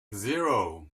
zero